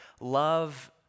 Love